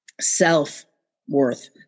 self-worth